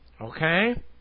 okay